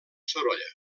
sorolla